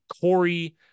Corey